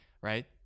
right